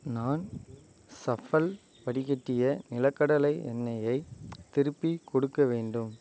நான் ஸஃபல் வடிகட்டிய நிலக்கடலை எண்ணெய்யை திருப்பி கொடுக்க வேண்டும்